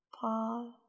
pause